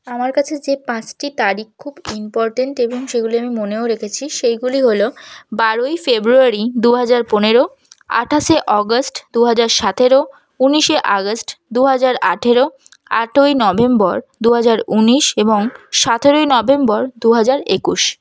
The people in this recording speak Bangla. আমার কাছে যে পাঁচটি তারিখ খুব ইম্পর্টেন্ট এবং সেইগুলি আমি মনেও রেখেছি সেইগুলি হলো বারোই ফেব্রুয়ারি দু হাজার পনেরো আঠাশে আগস্ট দু হাজার সতেরো উনিশে আগস্ট দু হাজার আঠেরো আটই নভেম্বর দু হাজার উনিশ এবং সতেরোই নভেম্বর দু হাজার একুশ